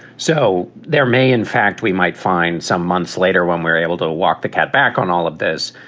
so there may in fact, we might find some months later when we're able to walk the cat back on all of this,